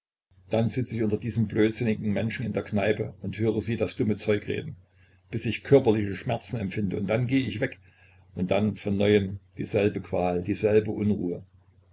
dann sitz ich unter diesen blödsinnigen menschen in der kneipe und höre sie das dumme zeug reden bis ich körperlichen schmerz empfinde und dann geh ich weg und dann von neuem dieselbe qual dieselbe unruhe